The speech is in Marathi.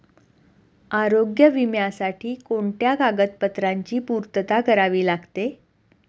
आरोग्य विम्यासाठी कोणत्या कागदपत्रांची पूर्तता करावी लागते?